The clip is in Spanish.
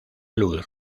luz